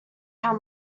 how